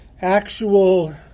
actual